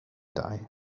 die